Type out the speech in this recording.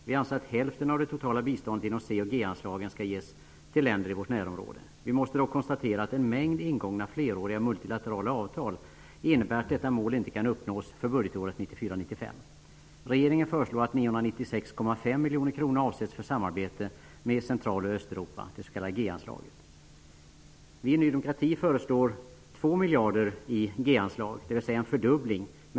Vi anser att hälften av det totala biståndet inom C och G-anslagen skall ges till länder i vårt närområde. Vi måste dock konstatera att en mängd ingångna fleråriga multilaterala avtal innebär att detta mål inte kan uppnås budgetåret Regeringen föreslår att 996,5 miljoner kronor avsätts för samarbete med Central och Östeuropa -- det s.k. G-anslaget. Vi i Ny demokrati föreslår att G-anslaget skall vara 2 miljarder, dvs. en fördubbling.